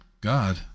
God